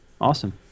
Awesome